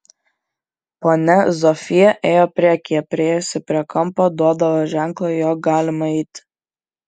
ponia zofija ėjo priekyje priėjusi prie kampo duodavo ženklą jog galima eiti